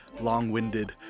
long-winded